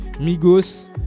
Migos